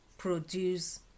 produce